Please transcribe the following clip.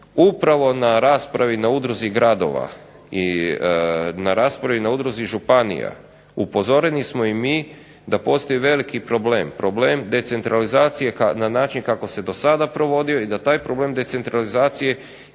upravo na raspravi na udruzi gradova i na raspravi na udruzi županija upozoreni smo i mi da postoji veliki problem, problem decentralizacije na način kako se do sada provodio i da taj problem decentralizacije